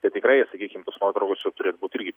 tai tikrai sakykim tos nuotraukos jos turėt būt irgi